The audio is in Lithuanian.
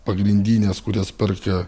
pagrindines kurias perka